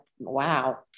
wow